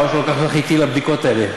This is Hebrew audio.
חבל שלא לקחתי אותך אתי לבדיקות האלה.